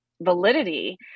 validity